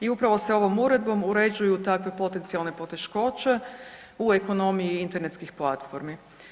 I upravo se ovom uredbom uređuju takve potencijalne poteškoće u ekonomiji internetskih platformi.